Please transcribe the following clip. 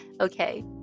Okay